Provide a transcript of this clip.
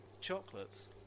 chocolates